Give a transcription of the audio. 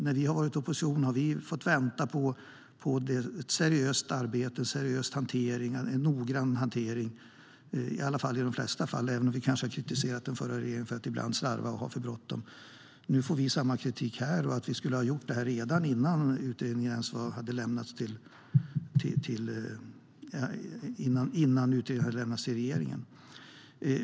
När vi har varit i opposition har vi fått vänta på en seriös och noggrann hantering, även om vi ibland har kritiserat den förra regeringen för att ibland slarva och ha för bråttom. Nu får vi samma kritik här, att vi borde ha gjort detta redan innan utredningen ens hade lämnats till regeringen.